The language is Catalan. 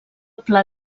pla